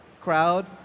crowd